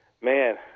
man